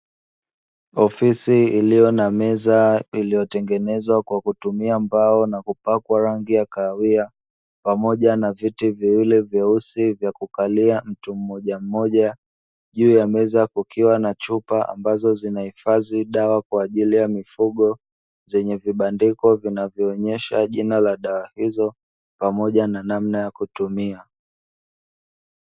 Ofisi iliyo na meza iliyotengenezwa kwa kutumia mbao na kupakwa rangi ya kahawia pamoja na viti viwili vyeusi vya kukalia mtu mmoja mmoja, juu ya meza kukiwa na chupa ambazo zinahifadhi dawa kwa ajili ya mifugo, zenye vibandiko vinavyoonyesha jina la dawa hizo pamoja na namna ya kutumia.